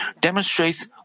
demonstrates